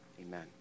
amen